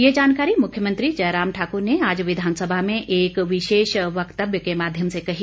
यह जानकारी मुख्यमंत्री जयराम ठाकुर ने आज विधानसभा में एक विशेष वक्तव्य के माध्यम से कही